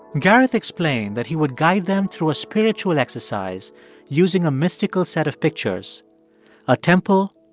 gareth explained that he would guide them through a spiritual exercise using a mystical set of pictures a temple,